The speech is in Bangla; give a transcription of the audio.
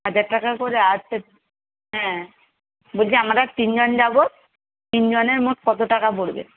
হাজার টাকা করে আচ্ছা হ্যাঁ বলছি আমরা তিনজন যাব তিনজনের মোট কত টাকা পড়বে